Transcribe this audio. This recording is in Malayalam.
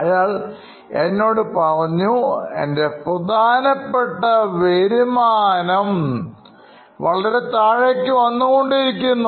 അയാൾ എന്നോട് പറഞ്ഞു എൻറെ പ്രധാനപ്പെട്ട വരുമാനം വളരെ താഴേക്ക് വന്നുകൊണ്ടിരിക്കുന്നു